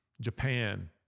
Japan